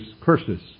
curses